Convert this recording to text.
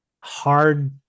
hard